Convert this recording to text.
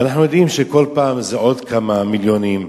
אנחנו יודעים שכל פעם זה עוד כמה מיליונים,